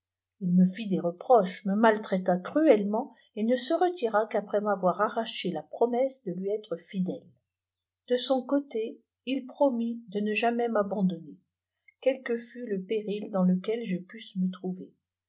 il me fit des reproches me maltraita cruellement et ne se retira qu'après m'avoir arraché la promesse de lui être fidèle de son côté il promit de ne jamais m'abandonner quel que fût le péril dans lequel je pusse me trouver